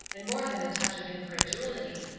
and more than a touch of incredulity,